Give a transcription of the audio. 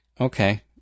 Okay